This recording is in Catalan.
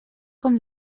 com